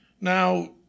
now